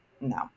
no